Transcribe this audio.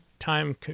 time